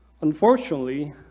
Unfortunately